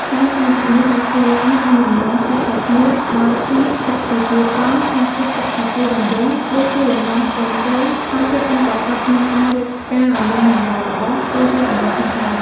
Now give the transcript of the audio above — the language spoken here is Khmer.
ឯការចាក់នេះអាចធ្វើឡើងតាមលំនាំខុសៗគ្នា ដោយខ្លះចាក់ជាជួរត្រង់ ខ្លះទៀតចាក់ជាជួររង្វង់ ឬជាលំនាំផ្សេងៗ ហើយភាពប៉ិនប្រសប់ក្នុងការរៀបផ្កាឲ្យមានលំនាំល្អ គឺជាចំណុចសំខាន់។